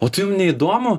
o tai jum neįdomu